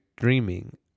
dreaming